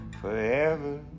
forever